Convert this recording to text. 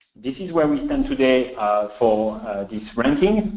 this is where we stand today for these rankings.